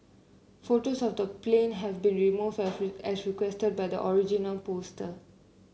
photos of the plane have been remove as requested by the original poster